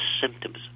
symptoms